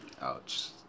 Ouch